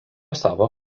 savo